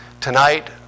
tonight